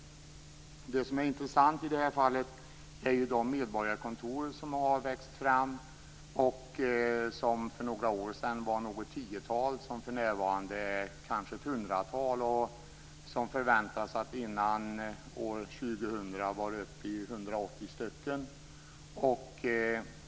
Det som är intressant i det här fallet är de medborgarkontor som har växt fram. De var för några år sedan något tiotal och är för närvarande kanske ett hundratal. Det förväntas att de innan år 2000 skall vara uppe i 180 stycken.